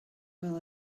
will